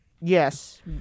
yes